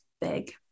big